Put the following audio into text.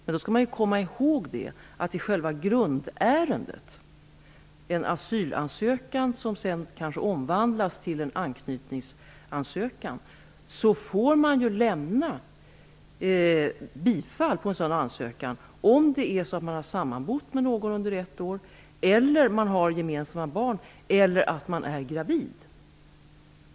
Men då skall man komma ihåg att i själva grundärendet, en asylansökan som sedan kanske omvandlas till en anknytningsansökan, får Invandrarverket bifalla ansökan om personen har sammanbott med någon under ett år, om det finns gemensamma barn eller om kvinnan är gravid.